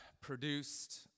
produced